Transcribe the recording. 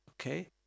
Okay